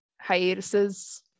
hiatuses